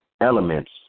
elements